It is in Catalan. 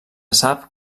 sap